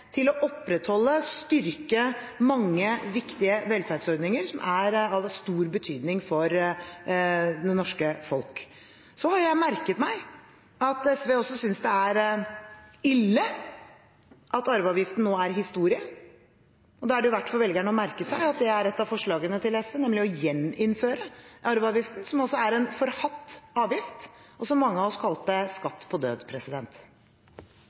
til å opprettholde og styrke mange viktige velferdsordninger som er av stor betydning for det norske folk. Så har jeg merket meg at SV synes det er ille at arveavgiften nå er historie. Da er det verdt for velgerne å merke seg at ett av forslagene til SV er å gjeninnføre arveavgiften, som er en forhatt avgift, og som mange av oss kalte skatt på død.